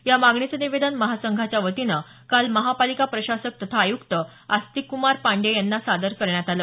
या मागणीचं निवेदन महासंघाच्या वतीनं काल महापालिका प्रशासक तथा आयुक्त अस्तिकक्रमार पांडेय यांना सादर करण्यात आलं